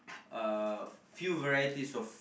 uh few varieties of